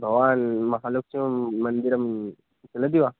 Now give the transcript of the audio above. भवान् महालक्ष्मीमन्दिरं चलति वा